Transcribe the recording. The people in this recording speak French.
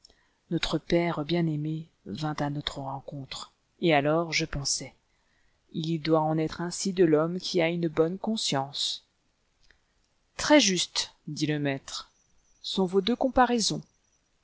notre père bien airaé vint à notre rencontre et alors je pensais il doit en être ainsi de l'homme qui a une bonne conscience très justes dit le maître sont vos deux comparaisons